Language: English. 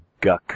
guck